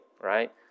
right